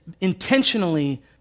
intentionally